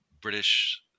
British